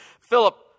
Philip